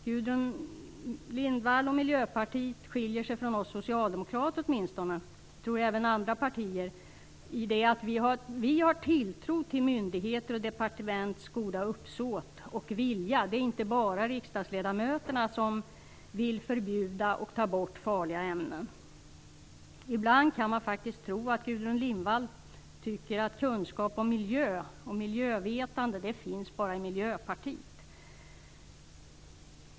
Gudrun Lindvall och Miljöpartiet skiljer sig åtminstone från oss socialdemokrater, men kanske också från andra partier. Vi har nämligen en tilltro till myndigheters och departements goda uppsåt och vilja. Det är inte bara riksdagsledamöterna som vill förbjuda och ta bort farliga ämnen. Ibland kan man faktiskt tro att Gudrun Lindvall tycker att kunskaper om miljön och miljövetande bara finns i Miljöpartiet.